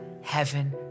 heaven